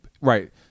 right